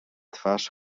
twarz